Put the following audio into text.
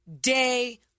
day